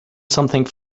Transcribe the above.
something